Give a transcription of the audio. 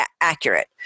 accurate